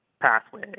pathway